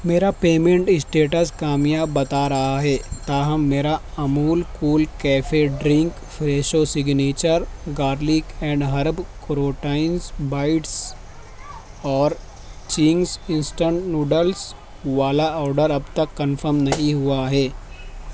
میرا payment status کامیاب بتا رہا ہے تاہم میرا Amul cool cafe drink Fresho signature garlic and herb croutons bites اور چنگز انسٹنٹ نوڈلز والا آرڈر اب تک کنفم نہیں ہوا ہے